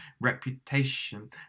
reputation